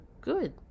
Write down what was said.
good